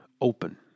Open